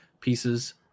pieces